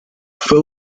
fue